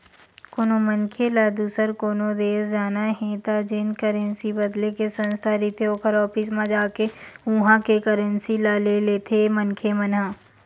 कोनो मनखे ल दुसर कोनो देस जाना हे त जेन करेंसी बदले के संस्था रहिथे ओखर ऑफिस म जाके उहाँ के करेंसी ल ले लेथे मनखे मन ह